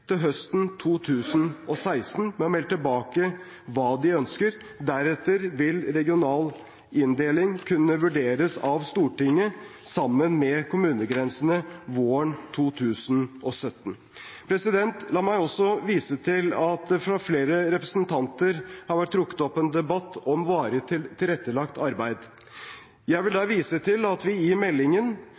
til høsten 2016 med å melde tilbake hva de ønsker. Deretter vil regional inndeling kunne vurderes av Stortinget sammen med kommunegrensene våren 2017. Det har fra flere representanter vært trukket opp en debatt om varig tilrettelagt arbeid. I meldingen